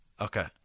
Okay